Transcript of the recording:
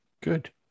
Good